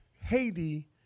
Haiti